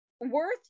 Worth